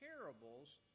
parables